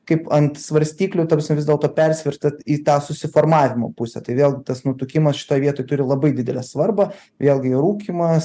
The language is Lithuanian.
kaip ant svarstyklių ta prasme vis dėlto persvert į tą susiformavimo pusę tai vėlgi tas nutukimas šitoj vietoj turi labai didelę svarbą vėlgi rūkymas